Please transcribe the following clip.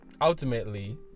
Ultimately